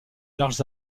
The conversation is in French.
larges